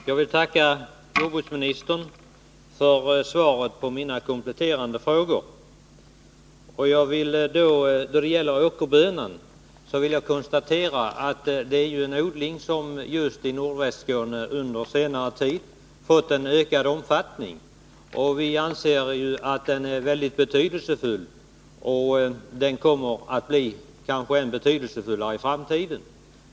Herr talman! Jag vill tacka jordbruksministern för svaret på mina kompletterande frågor. Då det gäller åkerbönan vill jag konstatera att det är en odling som just i Nordvästskåne under senare tid fått ökad omfattning. Vi anser att den är mycket betydelsefull och att den kanske kommer att bli än betydelsefullare i framtiden.